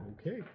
Okay